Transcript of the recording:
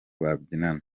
babyinana